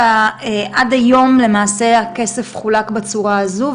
שעד היום למעשה הכסף חולק בצורה הזו,